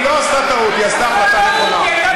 היא לא עשתה טעות, היא קיבלה החלטה נכונה.